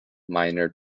minor